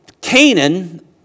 Canaan